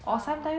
!wah!